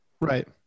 right